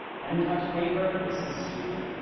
pen touched paper this is stupid.